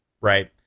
right